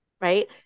right